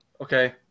Okay